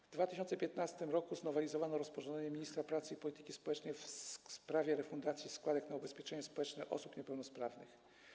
W 2015 r. znowelizowano rozporządzenie ministra pracy i polityki społecznej w sprawie refundacji składek na ubezpieczenie społeczne osób niepełnosprawnych.